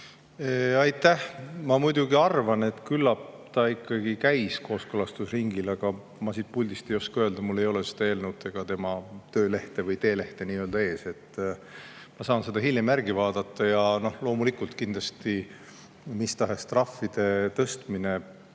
Aitäh! Ma arvan, et küllap ta ikkagi käis kooskõlastusringil, aga ma siit puldist ei oska öelda, mul ei ole seda eelnõu ega tema töölehte või nii-öelda teelehte ees. Ma saan seda hiljem järgi vaadata. Ja loomulikult, kindlasti mis tahes trahvide tõstmine